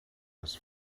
this